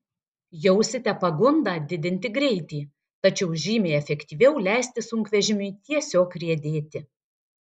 jausite pagundą didinti greitį tačiau žymiai efektyviau leisti sunkvežimiui tiesiog riedėti